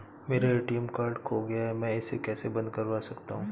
मेरा ATM card खो गया है मैं इसे कैसे बंद करवा सकता हूँ?